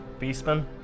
Beastman